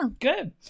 Good